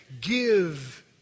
give